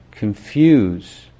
confuse